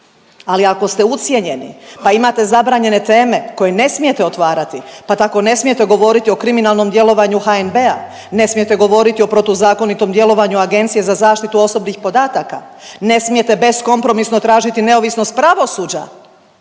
Ali ako ste ucijenjeni pa imate zabranjene teme koje ne smijete otvarati pa tako ne smijete govoriti o kriminalnom djelovanju HNB-a, ne smijete govoriti o protuzakonitom djelovanju Agencije za zaštitu osobnih podataka, ne smijete beskompromisno tražiti neovisnost pravosuđa